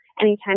anytime